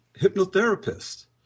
hypnotherapist